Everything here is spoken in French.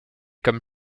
comme